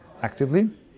actively